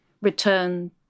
return